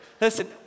listen